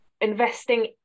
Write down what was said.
investing